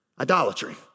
idolatry